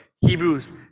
Hebrews